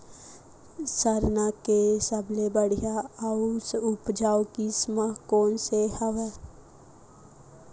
सरना के सबले बढ़िया आऊ उपजाऊ किसम कोन से हवय?